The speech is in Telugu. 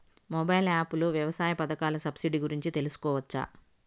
మొబైల్ యాప్ లో వ్యవసాయ పథకాల సబ్సిడి గురించి తెలుసుకోవచ్చా?